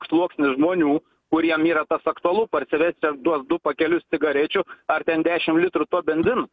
sluoksnis žmonių kuriems yra tas aktualu parsivežti ten tuos du pakelius cigarečių ar ten dešimt litrų to benzino